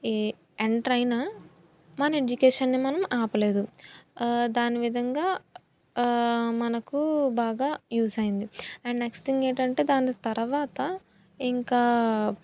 ఏ enter అయినా మన ఎడ్యుకేషన్న్ని మనం ఆపలేదు దాని విధంగా మనకు బాగా యూస్ అయింది అండ్ నెక్స్ట్ థింగ్ ఏంటంటే దాని తర్వాత ఇంకా